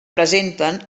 presenten